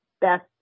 best